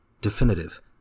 definitive